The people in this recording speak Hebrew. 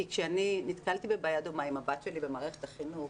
כשאני נתקלתי בבעיה דומה עם הבת שלי במערכת החינוך,